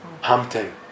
Hamten